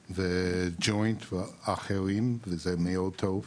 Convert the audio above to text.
ג'וינט ואחרים וזה מאוד טוב,